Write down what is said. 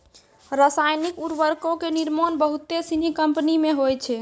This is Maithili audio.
रसायनिक उर्वरको के निर्माण बहुते सिनी कंपनी मे होय छै